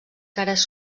cares